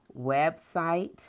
website